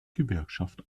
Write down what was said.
gewerkschaft